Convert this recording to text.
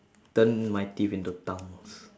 turn my teeth into tongues